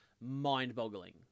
mind-boggling